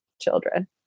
children